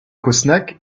cosnac